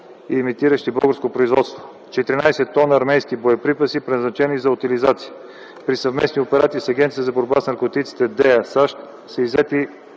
и имитиращи българско производство; - 14 т армейски боеприпаси, предназначени за утилизация; - при съвместни операции с Агенцията за борба с наркотиците (ДЕА) САЩ са иззети